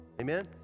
Amen